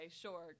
sure